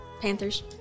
Panthers